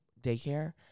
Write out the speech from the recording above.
daycare